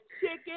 chicken